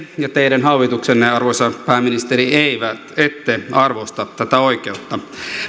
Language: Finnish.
ja teidän hallituksenne arvoisa pääministeri ette arvosta tätä oikeutta